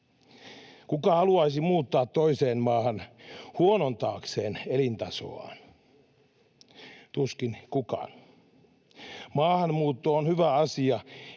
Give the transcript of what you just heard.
Kuka haluaisi muuttaa toiseen maahan huonontaakseen elintasoaan? Tuskin kukaan. Maahanmuutto on hyvä asia,